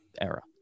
era